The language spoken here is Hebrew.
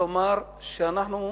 לומר שאנחנו,